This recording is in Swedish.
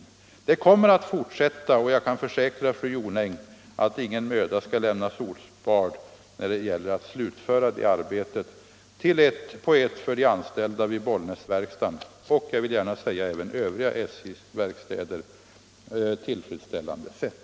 Det arbetet kommer att fortsätta, och jag kan försäkra fru Jonäng att ingen möda skall lämnas osparad när det gäller att slutföra det på ett för de anställda vid Bollnäsverkstaden och även övriga SJ-verkstäder tillfredsställande sätt.